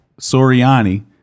Soriani